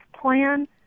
plan